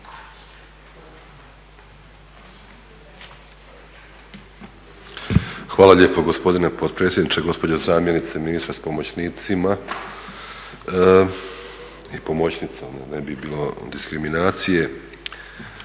Hvala lijepo gospodine potpredsjedniče, gospođo zamjenice ministra s pomoćnicima i pomoćnicom da ne bi bilo diskriminacije.